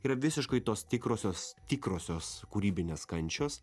yra visiškai tos tikrosios tikrosios kūrybinės kančios